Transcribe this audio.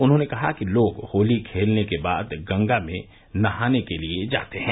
उन्होने कहा कि लोग होली खेलने के बाद गंगा में नहाने के लिये जाते हैं